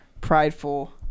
prideful